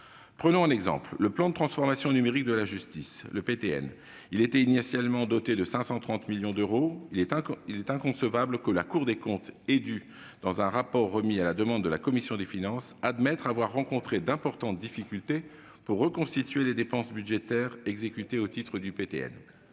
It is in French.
Prenons l'exemple du plan de transformation numérique de la justice (PTN), initialement doté de 530 millions d'euros. Il est inconcevable que, comme elle l'a admis dans un rapport remis à la demande de la commission des finances, la Cour des comptes ait rencontré d'importantes difficultés pour reconstituer les dépenses budgétaires exécutées au titre du PTN